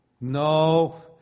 No